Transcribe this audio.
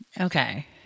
Okay